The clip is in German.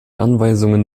anweisungen